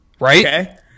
Right